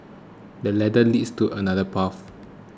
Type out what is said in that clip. this ladder leads to another path